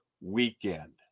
weekend